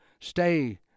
stay